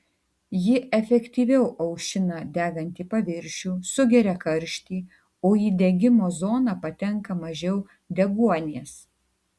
ji efektyviau aušina degantį paviršių sugeria karštį o į degimo zoną patenka mažiau deguonies